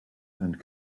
and